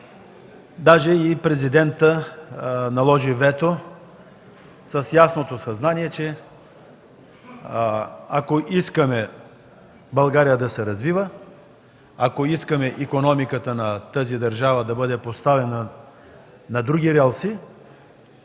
Даже и Президентът наложи вето с ясното съзнание, че ако искаме България да се развива, ако искаме икономиката на тази държава да бъде поставена на други релси,